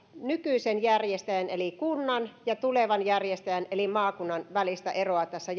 nykyisen järjestäjän eli kunnan ja tulevan järjestäjän eli maakunnan välistä eroa tässä